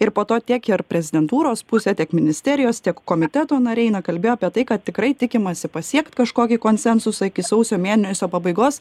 ir po to tiek ir prezidentūros pusė tiek ministerijos tiek komiteto nariai na kalbėjo apie tai kad tikrai tikimasi pasiekt kažkokį konsensusą iki sausio mėnesio pabaigos